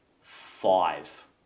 five